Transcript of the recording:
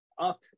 up